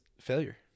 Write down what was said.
Failure